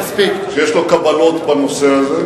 שיש לו קבלות בנושא הזה,